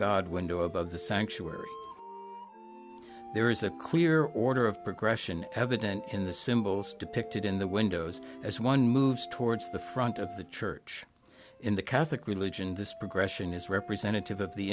god window above the sanctuary there is a clear order of progression evident in the symbols depicted in the windows as one moves towards the front of the church in the catholic religion this progression is representative of the